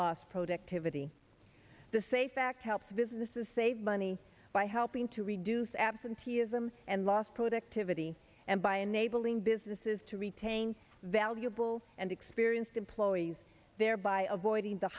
lost productivity the say fact helps businesses save money by helping to reduce absenteeism and lost productivity and by enabling businesses to retain valuable and experienced employees thereby avoiding the